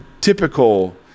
typical